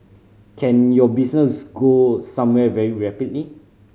can your business go somewhere very rapidly